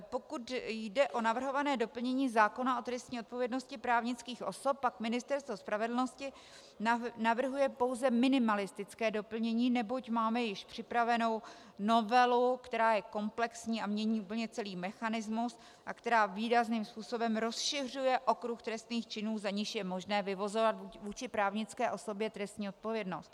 Pokud jde o navrhované doplnění zákona o trestní odpovědnosti právnických osob, pak Ministerstvo spravedlnosti navrhuje pouze minimalistické doplnění, neboť máme již připravenou novelu, která je komplexní a mění úplně celý mechanismus a která výrazným způsobem rozšiřuje okruh trestných činů, z nichž je možné vyvozovat vůči právnické osobě trestní odpovědnost.